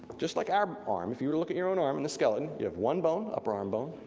just like our arm, if you were look at your own arm in the skeleton, you have one bone, upper arm bone,